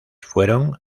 fueron